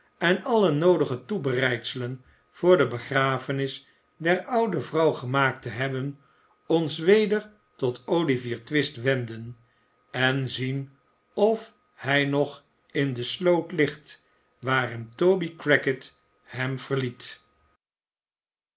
en alle noodige toebereidselen voor de begrafenis der oude vrouw gemaakt te hebben ons weder tot olivier twist wenden en zien of hij nog in de sloot ligt waarin toby crackit hem verliet